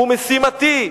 הוא משימתי.